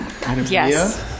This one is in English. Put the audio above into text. yes